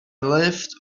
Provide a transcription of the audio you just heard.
lived